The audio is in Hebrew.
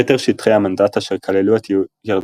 יתר שטחי המנדט אשר כללו את ירדן,